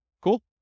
Cool